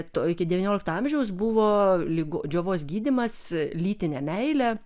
to iki devyniolikto amžiaus buvo lyg džiovos gydymas lytine meile